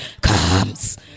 Comes